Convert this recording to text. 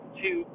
two